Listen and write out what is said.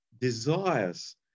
desires